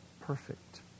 Perfect